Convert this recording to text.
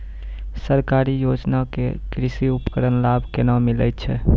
सरकारी योजना के कृषि उपकरण लाभ केना मिलै छै?